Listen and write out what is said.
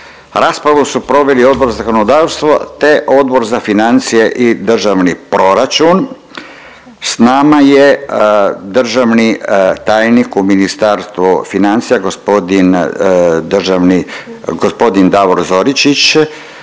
Raspravu su proveli Odbor za zakonodavstvo te Odbor za financije i državni proračun. S nama je državni tajnik u Ministarstvu financija gospodin državni,